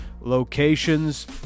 locations